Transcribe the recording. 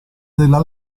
della